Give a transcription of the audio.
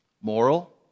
moral